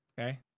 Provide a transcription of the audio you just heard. Okay